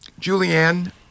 Julianne